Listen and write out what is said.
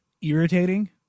irritating